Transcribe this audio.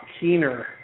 keener